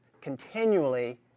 continually